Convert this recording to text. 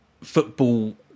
football